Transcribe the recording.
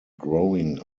growing